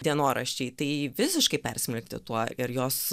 dienoraščiai tai visiškai persmelkti tuo ir jos